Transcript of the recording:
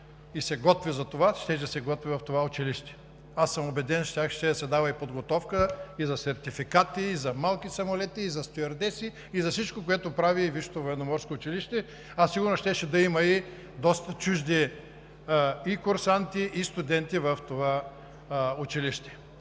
и се готви за това, щеше да се готви в това училище. Аз съм убеден, че щяха да се дават и подготовка, и сертификати, и за малки самолети, и за стюардеси и за всичко, което прави Висшето военноморско училище, а сигурно щеше да има и доста чужди курсанти и студенти в това училище.